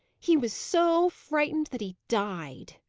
he was so frightened that he died.